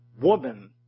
woman